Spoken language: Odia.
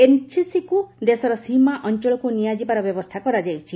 ଏନ୍ସିସିକୁ ଦେଶର ସୀମା ଅଞ୍ଚଳକୁ ନିଆଯିବାର ବ୍ୟବସ୍ଥା କରାଯାଉଛି